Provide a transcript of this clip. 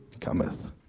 cometh